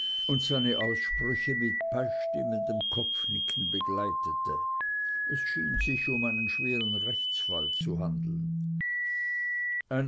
und seine aussprüche mit beistimmendem kopfnicken begleitete es schien sich um einen schweren rechtsfall zu handeln